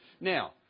Now